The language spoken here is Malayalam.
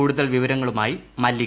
കൂടുതൽ വിവരങ്ങളുമായി മല്ലിക